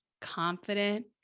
confident